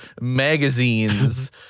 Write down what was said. magazines